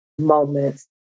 moments